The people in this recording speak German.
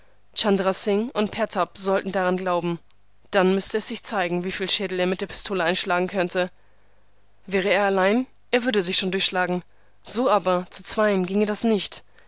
singh und pertab sollten daran glauben dann müsse es sich zeigen wieviel schädel er mit der pistole einschlagen könne wäre er allein er würde sich schon durchschlagen so aber zu zweien ginge das nicht